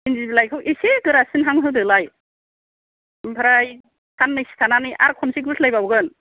इन्दि बिलाइखौ इसे गोरासिनहां होदोलाय ओमफ्राय साननैसो थानानै आरो खनसे गुस्लायबावगोन